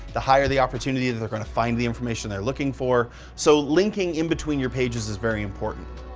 the higher the opportunity that they're gonna find the information they're looking for. so, linking in between your pages is very important.